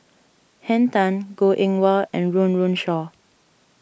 Henn Tan Goh Eng Wah and Run Run Shaw